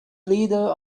leader